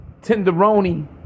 Tenderoni